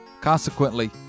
Consequently